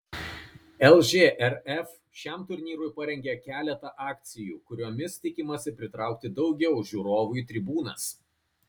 lžrf šiam turnyrui parengė keletą akcijų kuriomis tikimasi pritraukti daugiau žiūrovų į tribūnas